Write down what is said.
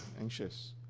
Anxious